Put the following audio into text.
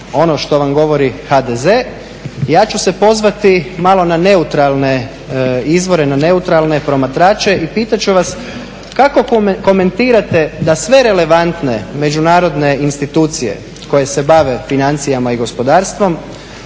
ono što vam govori HDZ, ja ću se pozvati malo na neutralne izvore, na neutralne promatrače i pitat ću vas kako komentirati da sve relevantne međunarodne institucije koje se bave financijama i gospodarstvom,